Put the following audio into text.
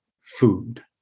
food